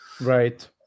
right